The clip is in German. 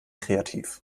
kreativ